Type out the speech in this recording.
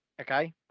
Okay